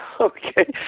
okay